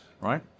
right